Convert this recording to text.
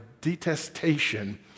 detestation